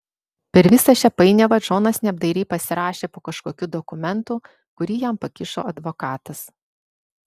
per visą šią painiavą džonas neapdairiai pasirašė po kažkokiu dokumentu kurį jam pakišo advokatas